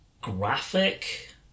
graphic